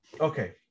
Okay